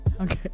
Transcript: Okay